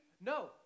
No